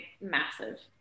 massive